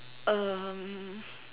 um